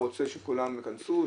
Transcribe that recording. הוא רוצה שכולם ייכנסו,